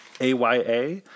aya